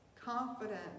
confident